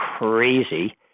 crazy